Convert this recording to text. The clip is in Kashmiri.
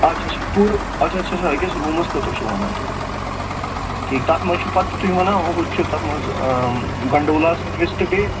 اَچھا اَچھا پوٗرٕ أکِس روٗمَس خٲطرٕ چھُو وَنان تُہۍ ٹھیٖک تَتھ منٛز چھُ پَتہٕ تُہۍ وَنان ہُتہِ چھُ تَتھ منٛز گَنڈولا سٔروِس تہٕ بیٚیہِ